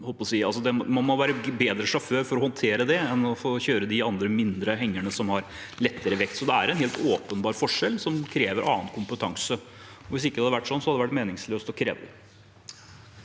man må være en bedre sjåfør for å håndtere det enn å kjøre de andre, mindre hengerne, som har lettere vekt. Det er en helt åpenbar forskjell, som krever annen kompetanse. Hvis det ikke hadde vært sånn, hadde det vært meningsløst å kreve